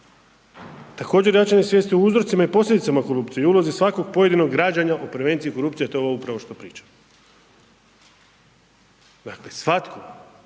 Također jačanje svijesti o uzrocima i posljedicama korupcije i ulozi svakog pojedinog građana o prevenciji korupcije, a to je ovo upravo što pričam. Dakle, svatko